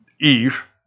Eve